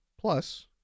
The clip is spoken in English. plus